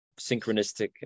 synchronistic